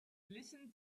listen